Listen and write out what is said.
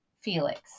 Felix